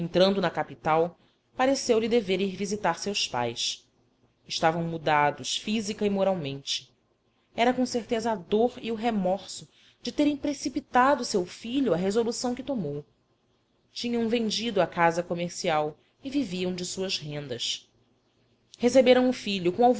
entrando na capital pareceulhe dever ir visitar seus pais estavam mudados física e moralmente era com certeza a dor e o remorso de terem precipitado seu filho à resolução que tomou tinham vendido a casa comercial e viviam de suas rendas receberam o filho com